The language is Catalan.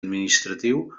administratiu